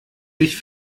sich